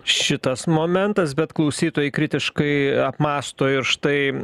šitas momentas bet klausytojai kritiškai apmąsto ir štai